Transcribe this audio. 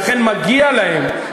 לכן מגיע להם,